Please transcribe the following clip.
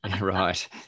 Right